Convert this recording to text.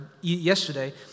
yesterday